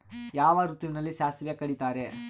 ಯಾವ ಋತುವಿನಲ್ಲಿ ಸಾಸಿವೆ ಕಡಿತಾರೆ?